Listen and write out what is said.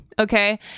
Okay